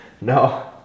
no